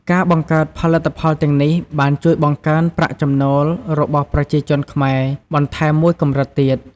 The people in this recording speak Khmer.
ការបង្កើតផលិតផលទាំងនេះបានជួយបង្កើនប្រាក់ចំណូលរបស់ប្រជាជនខ្មែរបន្ថែមមួយកម្រិតទៀត។